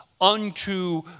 unto